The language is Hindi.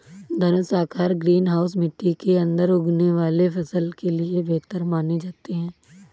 धनुषाकार ग्रीन हाउस मिट्टी के अंदर उगने वाले फसल के लिए बेहतर माने जाते हैं